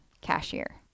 cashier